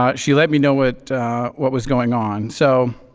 ah she let me know what what was going on. so